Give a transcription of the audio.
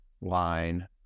line